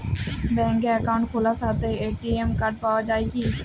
ব্যাঙ্কে অ্যাকাউন্ট খোলার সাথেই এ.টি.এম কার্ড পাওয়া যায় কি?